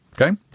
Okay